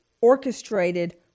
Orchestrated